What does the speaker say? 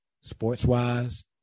sports-wise